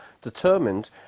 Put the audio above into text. determined